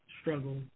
struggle